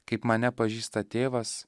kaip mane pažįsta tėvas